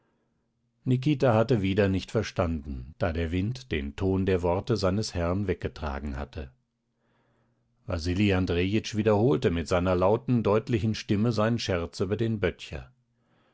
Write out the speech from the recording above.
nikita hatte wieder nicht verstanden da der wind den ton der worte seines herrn weggetragen hatte wasili andrejitsch wiederholte mit seiner lauten deutlichen stimme seinen scherz über den böttcher